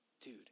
Dude